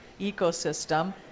ecosystem